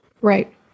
Right